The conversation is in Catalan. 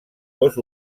dos